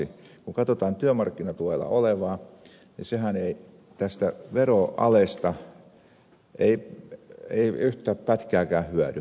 kun katsotaan työmarkkinatuella olevaa niin hänhän ei tästä veroalesta yhtään pätkääkään hyödy